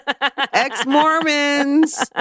Ex-Mormons